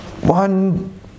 One